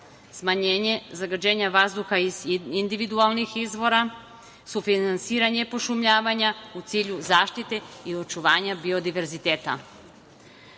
smanjenje zagađenja vazduha iz individualnih izvora, sufinansiranje pošumljavanja u cilju zaštite i očuvanja biodiverziteta.